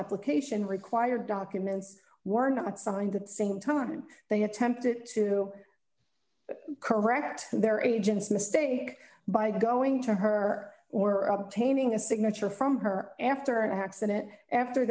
application required documents were not signed that same time they attempted to correct their agents mistake by going to her or obtaining a signature from her after an accident after